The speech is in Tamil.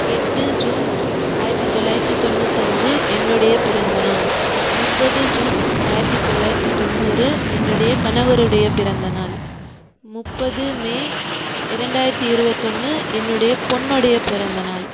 எட்டு ஜூன் ஆயிரத்தி தொள்ளாயிரத்தி தொண்ணூத்தஞ்சு என்னுடைய பிறந்த நாள் முப்பது ஜூன் ஆயிரத்தி தொள்ளாயிரத்தி தொண்ணூறு என்னுடைய கணவருடைய பிறந்த நாள் முப்பது மே இரண்டாயிரத்தி இருபத்ததொன்னு என்னுடைய பொண்ணுடைய பிறந்த நாள்